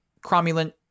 cromulent